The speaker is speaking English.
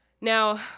Now